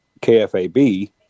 KFAB